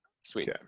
Sweet